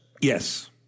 Yes